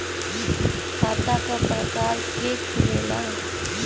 खाता क प्रकार के खुलेला?